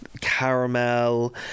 caramel